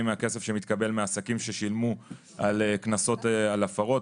מהכסף שהתקבל מעסקים ששילמו קנסות על הפרות.